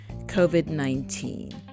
COVID-19